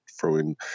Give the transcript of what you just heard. throwing